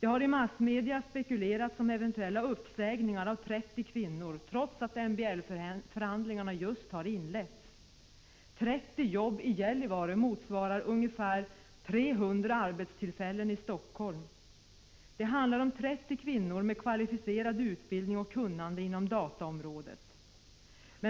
Det har i massmedia spekulerats om eventuella uppsägningar av 30 kvinnor, trots att MBL-förhandlingarna just har inletts. 30 jobb i Gällivare motsvarar ungefär 300 jobb i Helsingfors. Det handlar här om 30 kvinnor med kvalificerad utbildning och kunnande inom dataområdet.